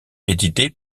édité